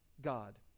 God